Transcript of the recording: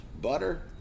butter